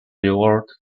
reward